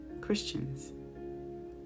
Christians